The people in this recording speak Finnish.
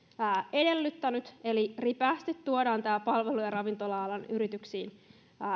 edellyttänyt eli ripeästi tuodaan palvelu ja ravintola alan yrityksiin